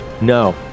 no